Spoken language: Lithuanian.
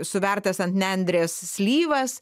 suvertas ant nendrės slyvas